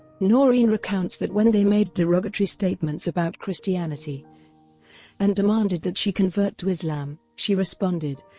noreen recounts that when they made derogatory statements about christianity and demanded that she convert to islam, she responded,